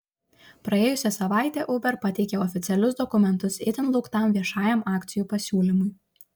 praėjusią savaitę uber pateikė oficialius dokumentus itin lauktam viešajam akcijų pasiūlymui